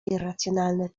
irracjonalne